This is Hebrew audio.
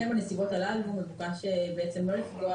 בנסיבות הללו מבקשים שלא לפגוע